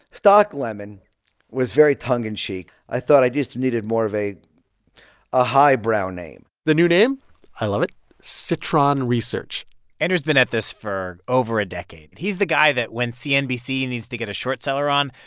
stocklemon was very tongue-in-cheek. i thought i just needed more of a a highbrow name the new name i love it citron research andrew's been at this for over a decade. he's the guy that when cnbc needs to get a short seller on,